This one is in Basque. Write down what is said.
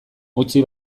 utzi